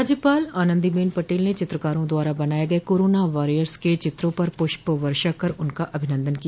राज्यपाल आनंदीबेन पटेल ने चित्रकारों द्वारा बनाये गये कोरोना वारियर्स के चित्रों पर पुष्प वर्षा कर उनका अभिनंदन किया